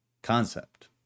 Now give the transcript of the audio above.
concept